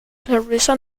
clarissa